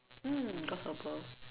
mm grasshopper